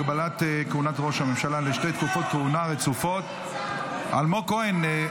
הגבלת כהונת ראש הממשלה לשתי תקופות כהונה רצופות) אלמוג כהן,